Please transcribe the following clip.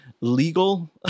legal